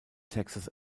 texas